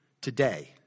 today